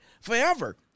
forever